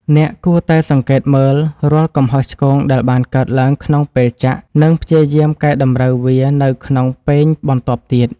អ្នកគួរតែសង្កេតមើលរាល់កំហុសឆ្គងដែលបានកើតឡើងក្នុងពេលចាក់ និងព្យាយាមកែតម្រូវវានៅក្នុងពែងបន្ទាប់ទៀត។